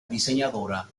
diseñadora